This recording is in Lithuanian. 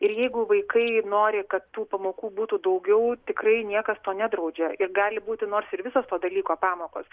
ir jeigu vaikai nori kad tų pamokų būtų daugiau tikrai niekas to nedraudžia ir gali būti nors ir visos to dalyko pamokos